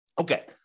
Okay